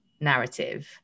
narrative